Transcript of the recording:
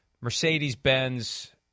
Mercedes-Benz